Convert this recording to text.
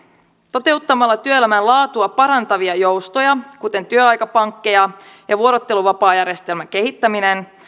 toteuttamalla työelämän laatua parantavia joustoja kuten työaikapankkeja ja vuorotteluvapaajärjestelmän kehittäminen